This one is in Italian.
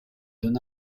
don